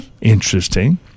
Interesting